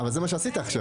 אבל זה מה שעשית עכשיו.